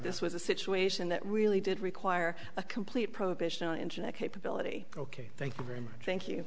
this was a situation that really did require a complete prohibition on internet capability ok thank you very much thank you